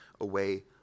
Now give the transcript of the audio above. away